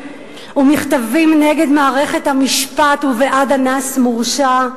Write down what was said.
ומכתבים נגד מערכת המשפט ובעד אנס מורשע.